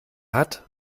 hat